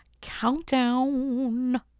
countdown